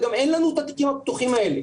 וגם אין לנו את התיקים הפתוחים האלה.